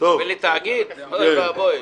זה לא הגיוני.